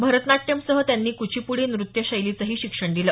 भरतनाट्यमसह त्यांनी कुचिपुडी नृत्यशैलीचंही शिक्षण दिलं